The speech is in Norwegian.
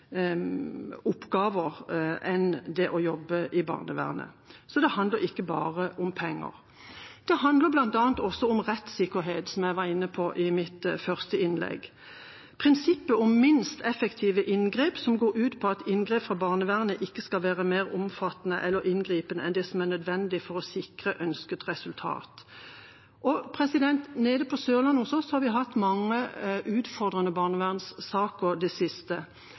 oppgaver enn å jobbe i barnevernet. Så det handler ikke bare om penger. Det handler bl.a. også om rettssikkerhet, som jeg var inne på i mitt første innlegg, om prinsippet om minst effektive inngrep som går ut på at inngrep fra barnevernet ikke skal være mer omfattende eller inngripende enn det som er nødvendig for å sikre ønsket resultat. Nede hos oss på Sørlandet har vi hatt mange utfordrende barnevernssaker i det siste.